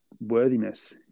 worthiness